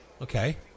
Okay